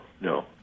no